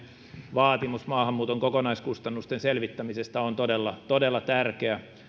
vaatimus maahanmuuton kokonaiskustannusten selvittämisestä on todella todella tärkeä